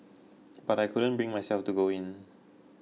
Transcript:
but I couldn't bring myself to go in